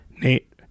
Nate